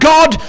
God